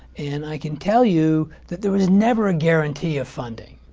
and i can tell you that there was never a guarantee of funding.